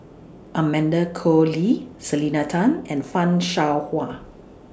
Amanda Koe Lee Selena Tan and fan Shao Hua